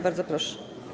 Bardzo proszę.